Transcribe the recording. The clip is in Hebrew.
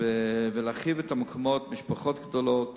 להרחיב את המקומות, משפחות גדולות